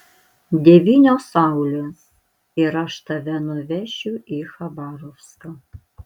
devynios saulės ir aš tave nuvešiu į chabarovską